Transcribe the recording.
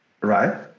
right